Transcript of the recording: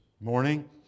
morning